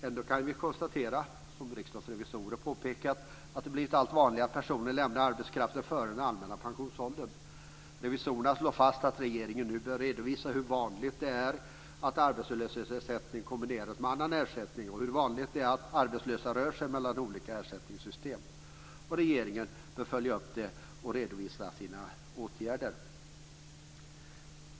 Ändå kan vi konstatera - som Riksdagens revisorer har påpekat - att det blivit allt vanligare att personer lämnar arbetskraften före den allmänna pensionsåldern. Revisorerna slår fast att regeringen nu bör redovisa hur vanligt det är att arbetslöshetsersättning kombineras med annan ersättning och hur vanligt det är att arbetslösa rör sig mellan olika ersättningssystem. Regeringen bör följa upp detta och redovisa sina åtgärder.